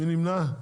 מי נמנע?